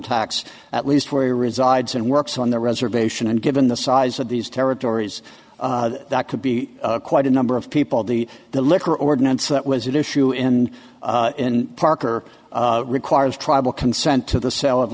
tax at least where he resides and works on the reservation and given the size of these territories that could be quite a number of people the the liquor ordinance that was an issue in parker requires tribal consent to the sale of